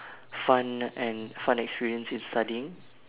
fun and fun experience in studying